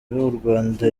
urwanda